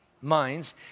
Minds